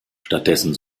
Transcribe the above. stattdessen